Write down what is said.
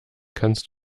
kannst